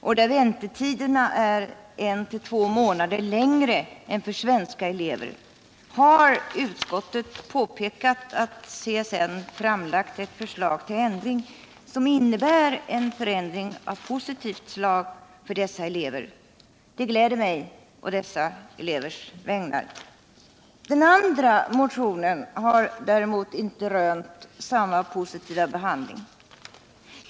Där är väntetiderna en till två månader längre än för svenska elever. Utskottet har här påpekat att centrala studiestödsnämnden framlagt ett förslag som innebär en förändring av positivt slag för eleverna. Detta gör att jag gläder mig på dessa elevers vägnar. Den andra motionen har däremot inte rönt samma positiva behandling.